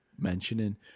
mentioning